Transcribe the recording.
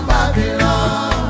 Babylon